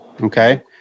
Okay